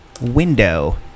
window